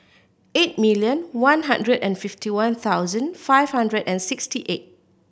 eight million one hundred and fifty one thousand five hundred and sixty eight